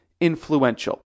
influential